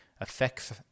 affects